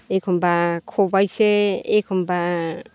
एखमब्ला खबाइसे एखमब्ला